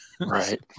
right